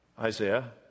Isaiah